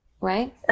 Right